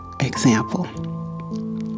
example